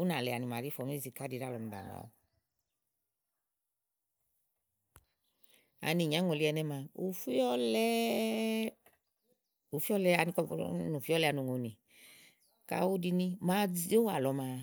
úna le àni màa lɔèé yi ni fɔmízi áni ká ɖíàlɔ. Ani ìnyaŋòlí ɛnɛ́ maa, ù fíɔ́lɛɛ ù fíɔ́lɛ ani kɔ bu nɔ ni ùŋoni. Kàyi ù ɖini màa ziówò àlɔ maa.